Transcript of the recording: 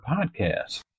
podcast